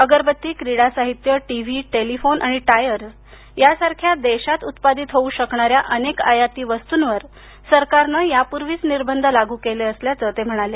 अगरबत्ती क्रिडा साहित्य टीवी टेलिफोन आणि टायर्स यासारख्या देशात उत्पादित होऊ शकणाऱ्या अनेक आयाती वस्तूंवर सरकारनं यापूर्वीच निर्बंध लागू केले असल्याचं ते म्हणाले